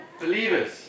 believers